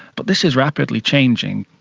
but this is rapidly changing.